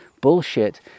bullshit